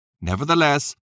Nevertheless